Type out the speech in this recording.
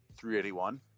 381